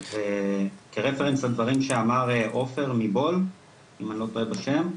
וכאזכור לדברים שאמר מיקי עופר מ-bol אם אני לא טועה בשם.